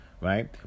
right